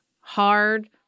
hard